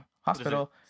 hospital